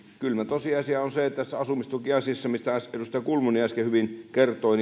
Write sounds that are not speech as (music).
kylmä tosiasia on se että todellakin tässä asumistukiasiassakin mistä edustaja kulmuni äsken hyvin kertoi (unintelligible)